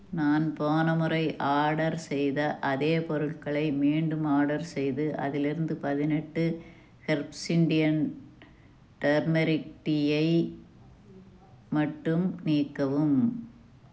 நான் போன முறை ஆர்டர் செய்த அதே பொருட்களை மீண்டும் ஆர்டர் செய்து அதிலிருந்த பதினெட்டு ஹெர்ப்ஸ் இந்தியன் டர்மெரிக் டீயை மட்டும் நீக்கவும்